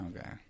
Okay